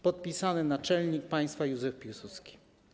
Podpisano naczelnik państwa Józef Piłsudski.